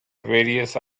various